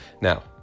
Now